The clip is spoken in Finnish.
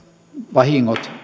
vahingot